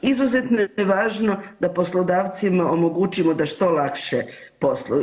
Izuzetno je važno da poslodavcima omogućimo da što lakše posluju.